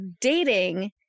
Dating